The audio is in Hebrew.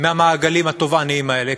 מהמעגלים הטובעניים האלה.